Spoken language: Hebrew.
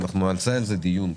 ונעשה על זה דיון,